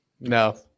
No